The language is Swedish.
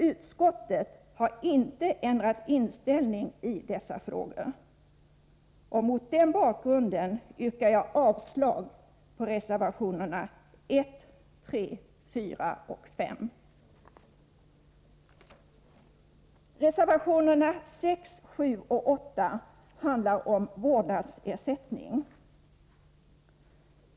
Utskottet har inte ändrat inställning i frågorna, och mot den bakgrunden yrkar jag avslag på reservationerna 1, 3, 4 och 5. Reservationerna 6, 7 och 8 handlar om vårdnadsersättning.